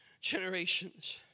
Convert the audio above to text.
generations